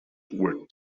were